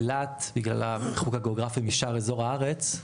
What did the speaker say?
אילת, בגלל הריחוק הגיאוגרפי משאר אזור הארץ,